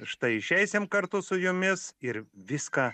štai išeisim kartu su jumis ir viską